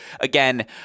again